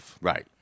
Right